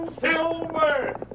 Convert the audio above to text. Silver